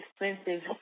expensive